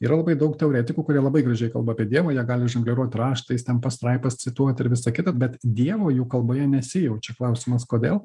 yra labai daug teoretikų kurie labai gražiai kalba apie dievą jie gali žongliruot raštais ten pastraipas cituot ir visa kita bet dievo jų kalboje nesijaučiau klausimas kodėl